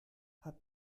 hat